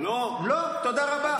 לא סתם היא הולכת עם פמליה מאובטחת.